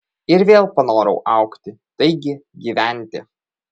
ir vėl panorau augti taigi gyventi